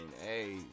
Hey